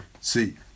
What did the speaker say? See